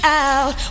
out